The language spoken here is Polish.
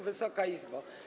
Wysoka Izbo!